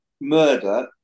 Murder